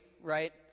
right